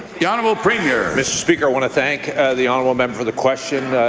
the honourable premier? mr. speaker, i want to thank the honourable member for the question.